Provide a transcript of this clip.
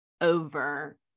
over